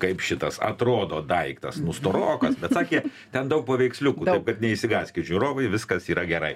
kaip šitas atrodo daiktas nu storokas bet sakė ten daug paveiksliukų bet neišsigąskit žiūrovai viskas yra gerai